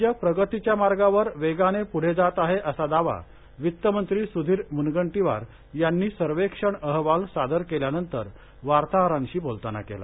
राज्य प्रगतीच्या मार्गावर वेगाने पुढे जात आहे असा दावा वित्तमंत्री सुधीर मुनगंटीवार यांनी सर्वेक्षण अहवाल सादर केल्यानंतर वार्ताहरांशी बोलताना केला